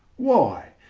why,